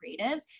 creatives